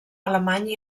alemany